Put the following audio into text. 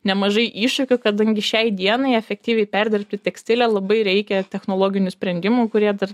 nemažai iššūkių kadangi šiai dienai efektyviai perdirbti tekstilę labai reikia technologinių sprendimų kurie dar